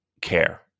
care